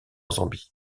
zambie